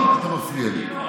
אתה מפריע לי.